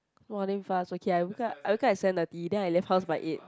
!wah! damn fast okay I wake up I wake up at seven thirty then I left house by eight